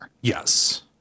yes